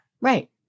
Right